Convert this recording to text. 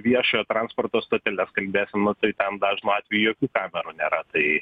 viešojo transporto stoteles kalbėsim nu tai ten dažnu atveju jokių kamerų nėra tai